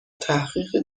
تحقیق